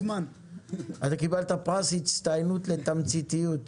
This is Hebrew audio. קיבלת פרס הצטיינות לתמציתיות.